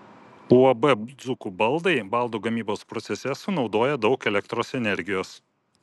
uab dzūkų baldai baldų gamybos procese sunaudoja daug elektros energijos